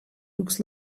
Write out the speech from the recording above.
looks